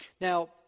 Now